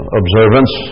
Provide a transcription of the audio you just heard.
observance